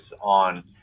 on